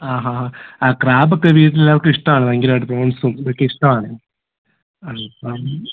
ആ ഹാ ആ ക്രാബൊക്കെ വീട്ടിൽ എല്ലാവർക്കും ഇഷ്ടമാണ് ഭയങ്കരം ആയിട്ട് പ്രോൺസും ഇതൊക്കെ ഇഷ്ടം ആണ് അൽപ്പം